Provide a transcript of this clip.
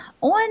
on